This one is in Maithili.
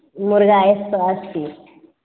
मुर्गा एक सए अस्सी